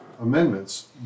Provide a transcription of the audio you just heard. amendments